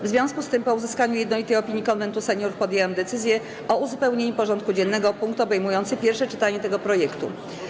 W związku z tym, po uzyskaniu jednolitej opinii Konwentu Seniorów, podjęłam decyzję o uzupełnieniu porządku dziennego o punkt obejmujący pierwsze czytanie tego projektu.